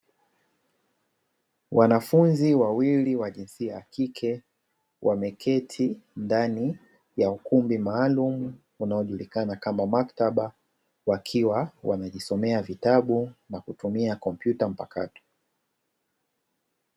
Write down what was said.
Wanafunzi wawili wa jinsia ya kike. Wameketi ndani ya ukumbi maalumu, unaojulikana kama maktaba, wakiwa wanajisomea vitabu na kutumia kompyuta mpakato.